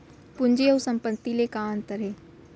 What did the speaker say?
पूंजी अऊ संपत्ति ले का अंतर हे?